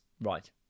Right